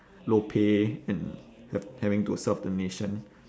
low pay and have having to serve the nation